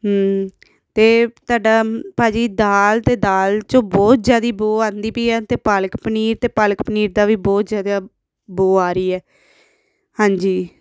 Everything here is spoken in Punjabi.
ਅਤੇ ਤੁਹਾਡਾ ਭਾਜੀ ਦਾਲ ਅਤੇ ਦਾਲ ਚੋਂ ਬਹੁਤ ਜ਼ਿਆਦਾ ਬੋ ਆਉਂਦੀ ਪਈ ਹੈ ਅਤੇ ਪਾਲਕ ਪਨੀਰ ਅਤੇ ਪਾਲਕ ਪਨੀਰ ਦਾ ਵੀ ਬਹੁਤ ਜ਼ਿਆਦਾ ਬੋ ਆ ਰਹੀ ਹੈ ਹਾਂਜੀ